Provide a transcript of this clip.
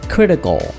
Critical